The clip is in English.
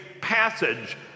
passage